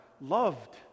loved